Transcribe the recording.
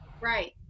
Right